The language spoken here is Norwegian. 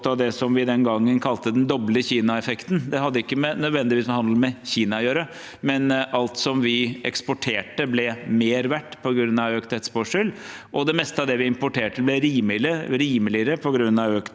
av det som vi den gangen kalte «den doble Kina-effekten». Det hadde ikke nødvendigvis med Kina å gjøre, men alt som vi eksporterte, ble mer verdt på grunn av økt etterspørsel, og det meste av det vi importerte, ble rimeligere på grunn av økt